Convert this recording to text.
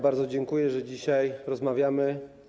Bardzo dziękuję, że dzisiaj rozmawiamy.